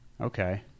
Okay